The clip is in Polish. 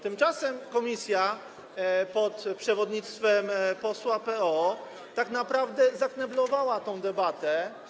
Tymczasem komisja pod przewodnictwem posła PO tak naprawdę zakneblowała tę debatę.